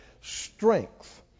strength